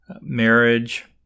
marriage